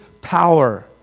power